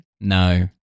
No